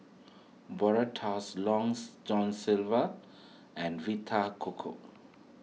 Brotzeit Long John Silver and Vita Coco